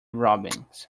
robins